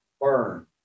burn